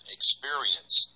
experience